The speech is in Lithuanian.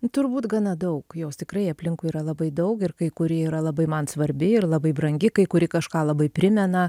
turbūt gana daug jos tikrai aplinkui yra labai daug ir kai kuri yra labai man svarbi ir labai brangi kai kuri kažką labai primena